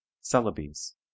Celebes